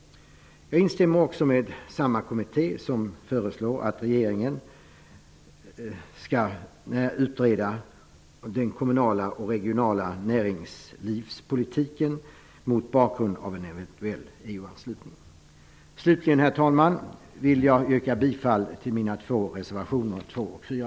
Jag instämmer också med samma kommitté när den föreslår att regeringen skall utreda den kommunala och regionala näringslivspolitiken mot bakgrund av en eventuell EU-anslutning. Herr talman! Jag vill slutligen yrka bifall till mina två reservationer, nr 2 och 4.